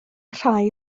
rhai